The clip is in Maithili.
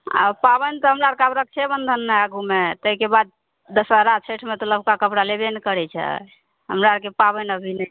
आओर पाबनि तऽ हमरा आरके आब रक्षे बन्धन ने आगूमे तैके बाद दशहरा छैठमे तऽ नबका कपड़ा लेबय ने करय छै हमरा आरके पाबनि अभी नहि